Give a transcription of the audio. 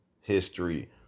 history